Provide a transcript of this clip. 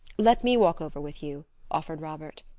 let me walk over with you, offered robert.